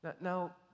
Now